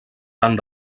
tant